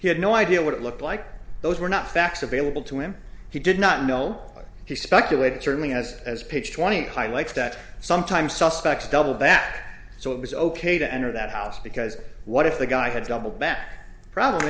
he had no idea what it looked like those were not facts available to him he did not know he speculated certainly as as pitch twenty high like that some time suspects double that so it was ok to enter that house because what if the guy had double back problem